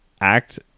act